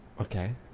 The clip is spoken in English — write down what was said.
Okay